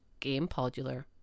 GamePodular